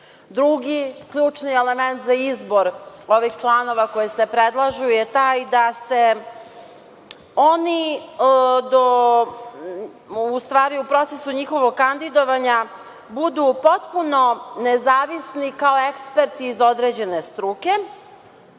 Drugi ključni element za izbor ovih članova koji se predlažu je taj da oni u procesu njihovog kandidovanja budu potpuno nezavisni kao eksperti iz određene struke